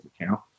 account